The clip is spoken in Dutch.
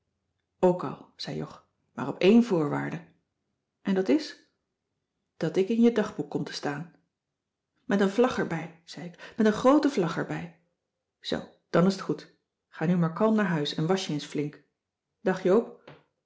al zei jog maar op één voorwaarde en dat is dat ik in je dagboek kom te staan met een vlag erbij zei ik met een groote vlag erbij zoo dan is t goed ga nu maar kalm naar huis en wasch je eens flink dag joop